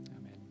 Amen